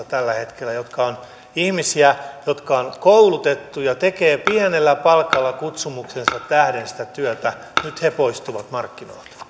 tällä hetkellä valtavan määrän osaamista joka on ihmisiä jotka ovat koulutettuja tekevät pienellä palkalla kutsumuksensa tähden sitä työtä nyt he poistuvat markkinoilta